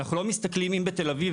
אנחנו לא מסתכלים אם בתל אביב,